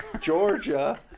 georgia